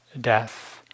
death